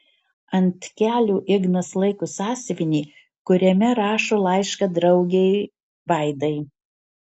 ant kelių ignas laiko sąsiuvinį kuriame rašo laišką draugei vaidai